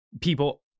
people